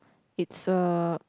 it's a